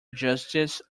justice